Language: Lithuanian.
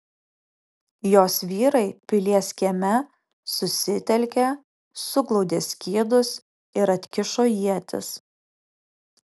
jos vyrai pilies kieme susitelkė suglaudė skydus ir atkišo ietis